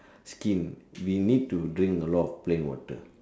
skin we need to drink a lot of plain water